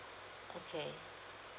okay